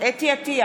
חוה אתי עטייה,